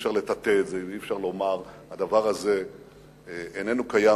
אי-אפשר לטאטא את זה ואי-אפשר לומר: הדבר הזה איננו קיים,